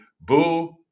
boo